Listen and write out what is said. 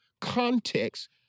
context